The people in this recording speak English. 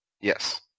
Yes